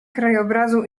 krajobrazu